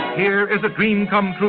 here is a dream come true.